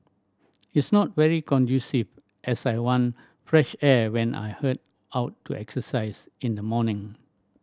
it's not very conducive as I want fresh air when I head out to exercise in the morning